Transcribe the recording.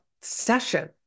session